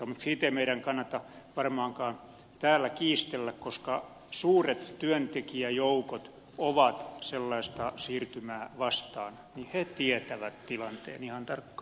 mutta siitä meidän ei kannata varmaankaan täällä kiistellä koska suuret työntekijäjoukot ovat sellaista siirtymää vastaan ja he tietävät tilanteen ihan tarkkaan